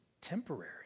temporary